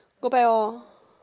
go back lor